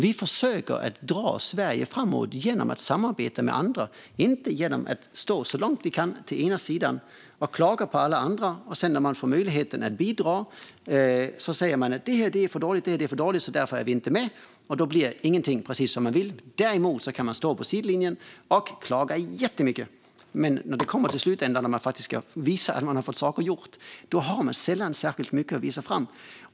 Vi försöker dra Sverige framåt genom att samarbeta med andra, men inte genom att stå så långt ut vi kan på den ena sidan och klaga på alla andra för att sedan när vi får möjlighet att bidra säga att det är för dåligt och att vi därför inte är med. Då blir ingenting precis som man vill. Däremot kan man stå på sidlinjen och klaga jättemycket. Men i slutändan när man faktiskt ska visa att man har fått saker gjorda har man sällan särskilt mycket att visa fram.